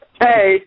Hey